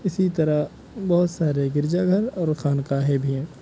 اسی طرح بہت سارے گرجا گھر اور خانقاہیں بھی ہیں